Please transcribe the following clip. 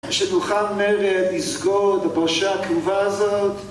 ...אומרת לסגור את הפרשה הקרובה הזאת